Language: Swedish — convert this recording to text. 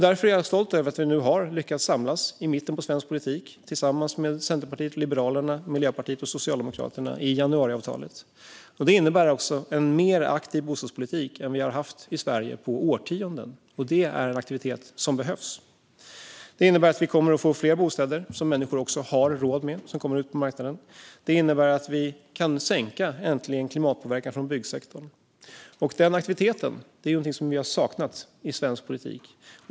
Därför är jag stolt över att vi - Centerpartiet, Liberalerna, Miljöpartiet och Socialdemokraterna - nu har lyckats samlas i mitten av svensk politik i januariavtalet. Det innebär också en mer aktiv bostadspolitik än vi har haft i Sverige på årtionden. Och det är en aktivitet som behövs. Fler bostäder som människor har råd med kommer att komma ut på marknaden. Och vi kan äntligen sänka klimatpåverkan från byggsektorn. Det är något som har saknats i svensk politik.